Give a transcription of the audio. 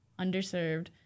underserved